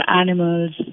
animals